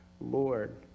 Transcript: lord